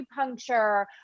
acupuncture